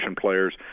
players